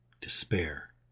despair